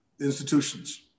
institutions